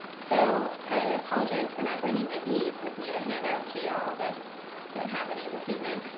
so i apologize for not bringing my beads with me to hand out to you all, but don't have any this evening.